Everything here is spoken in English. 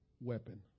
weapon